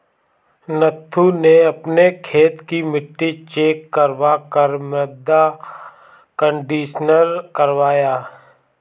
नथु ने अपने खेत की मिट्टी चेक करवा कर मृदा कंडीशनर करवाया